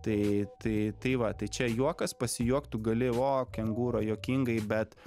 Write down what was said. tai tai tai va tai čia juokas pasijuoktų gali vo kengūra juokingai bet